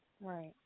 Right